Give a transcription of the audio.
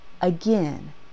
Again